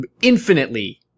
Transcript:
infinitely